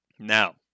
Now